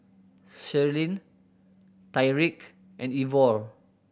Sherlyn Tyreek and Ivor